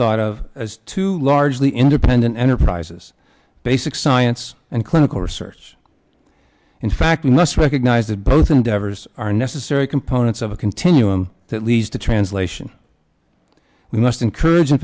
thought of as two largely independent enterprises basic science and clinical research in fact we must recognize that both endeavors are necessary components of a continuum that leads to translation we must encourag